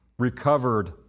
recovered